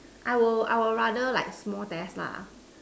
I will I will rather like small tests lah